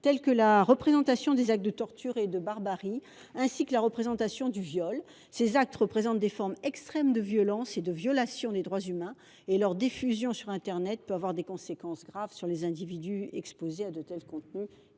tels que la représentation d’actes de torture et de barbarie, ainsi que de viols. Ces actes représentent des formes extrêmes de violence et de violation des droits humains ; leur diffusion sur internet peut avoir des conséquences graves sur les individus qui y sont